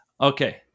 okay